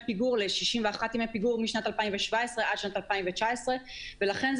פיגור ל-61 ימי פיגור משנת 2017 עד שנת 2019. לכן,